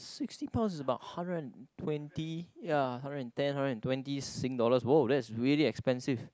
sixty pounds is about hundred and twenty ya hundred and ten hundred and twenty Sing dollars wow that's really expensive